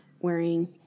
wearing